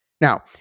Now